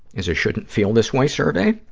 is a shouldn't feel this way survey.